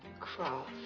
croft